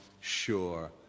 sure